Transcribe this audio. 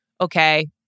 okay